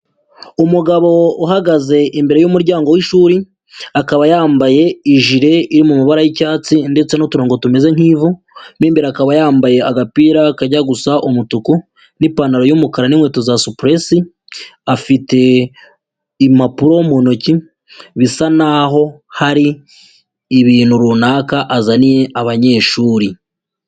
Umugabo uhagaze imbere y'umuryango w'ishuri akaba yambaye ijiri iri mu mabara y'icyatsi ndetse n'uturongo tumeze nk'ivu, mu imbere akaba yambaye agapira kajya gusa umutuku n'ipantaro y'umukara n'inkweto za supuresi, afite impapuro mu ntoki bisa naho hari ibintu runaka azaniye abanyeshuri.